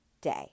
day